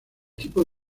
tipos